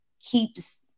keeps